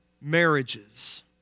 marriages